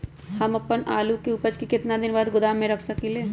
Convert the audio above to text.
हम अपन आलू के ऊपज के केतना दिन बाद गोदाम में रख सकींले?